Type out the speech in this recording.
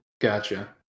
Gotcha